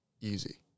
easy